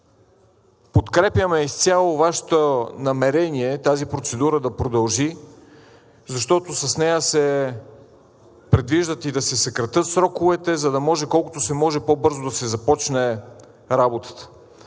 подкрепяме изцяло Вашето намерение тази процедура да продължи, защото с нея се предвижда и да се съкратят сроковете, за да може колкото се може по-бързо да се започне работата.